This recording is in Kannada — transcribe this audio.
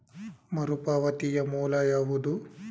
ಮರುಪಾವತಿಯ ಮೂಲ ಯಾವುದು?